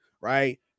Right